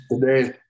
today